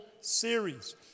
series